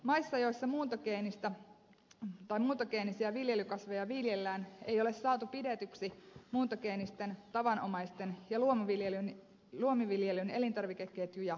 maissa joissa muuntogeenisiä viljelykasveja viljellään ei ole saatu pidetyksi muuntogeenisten tavanomaisten ja luomuviljelyn elintarvikeketjuja erillään